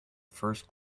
first